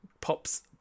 pops